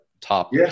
top